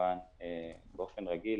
כמובן באופן רגיל,